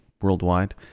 worldwide